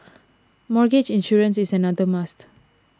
mortgage insurance is another must